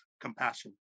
compassion